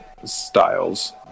Styles